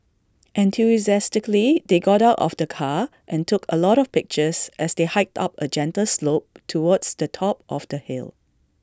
enthusiastically they got out of the car and took A lot of pictures as they hiked up A gentle slope towards the top of the hill